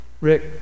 Rick